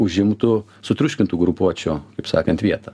užimtų sutriuškintų grupuočių taip sakant vietą